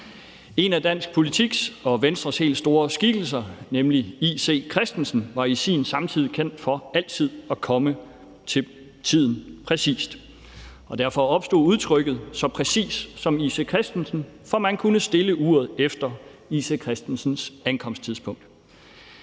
En af dansk politiks og Venstres helt store skikkelser I.C. Christensen var i sin samtid kendt for altid at komme præcis til tiden, og derfor opstod udtrykket »så præcis som I.C. Christensen«, for man kunne stille uret efter I.C. Christensens ankomsttidspunkt.